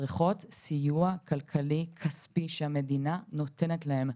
הן צריכות סיוע כלכלי וכספי שהמדינה נותנת להן,